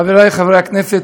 חברי חברי הכנסת,